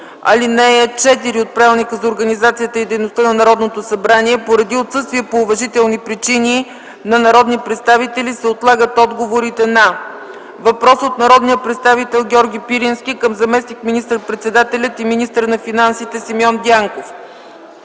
и дейността на Народното събрание поради отсъствие по уважителни причини на народни представители се отлагат отговорите на: въпрос от народния представител Георги Пирински към заместник министър-председателя и министър на финансите Симеон Дянков;